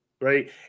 Right